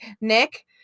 Nick